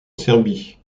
serbie